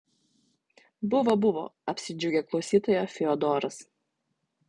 buvo buvo apsidžiaugė klausytoja fiodoras